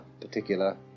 particular